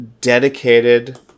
dedicated